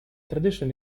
tradition